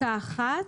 פסקה (1),